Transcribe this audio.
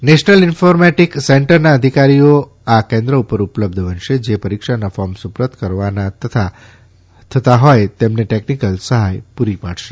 national informatic સેન્ટરના અધિકારીઓ આ કેન્દ્રો ઉપર ઉપલબ્ધ બનશે જે પરીક્ષાના ફોર્મ સુપ્રત કરવાના થતા હોય તેમને ટેકનીકલ સહાય પૂરી પાડશે